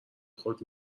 خود